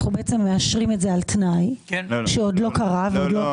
אנחנו בעצם מאשרים את זה על תנאי שעוד לא קרה ועוד לא --- לא,